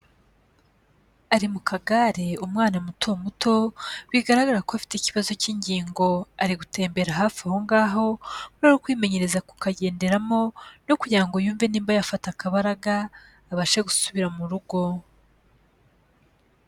Ari mu kagare umwana muto muto, bigaragara ko afite ikibazo cy'ingingo, ari gutembera hafi aho ngaho mu rwego rwo kwimenyereza kukagenderamo no kugira ngo yumve niba yafata akabaraga, abashe gusubira mu rugo.